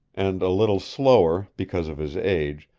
and a little slower, because of his age,